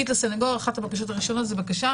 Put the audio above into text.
קיט לסנגור, אחת הבקשות הראשונות זו בקשה